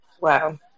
Wow